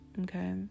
Okay